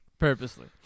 Purposely